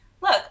look